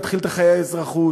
להתחיל את חיי האזרחות,